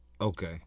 Okay